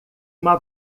uma